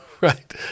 right